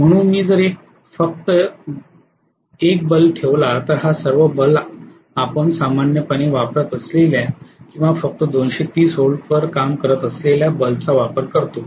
म्हणून मी जर फक्त 1 बल्ब ठेवला तर हा सर्व बल्ब आपण सामान्यपणे वापरत असलेल्या किंवा फक्त 230 व्होल्टवर काम करत असलेल्या बल्बचा वापर करतो